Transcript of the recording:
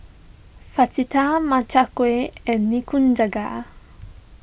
Fajitas Makchang Gui and Nikujaga